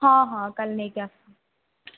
ହଁ ହଁ କାଲି ନେଇକି ଆସ